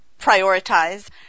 prioritize